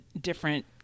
different